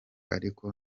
ariko